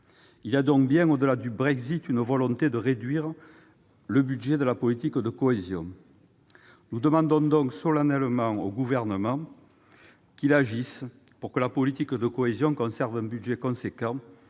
Il existe donc bien, au-delà du Brexit, une volonté de réduire le budget de la politique de cohésion. Nous demandons solennellement au Gouvernement d'agir pour que la politique de cohésion conserve un budget important.